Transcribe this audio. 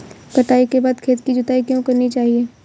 कटाई के बाद खेत की जुताई क्यो करनी चाहिए?